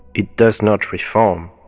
it does not reform.